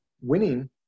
Winning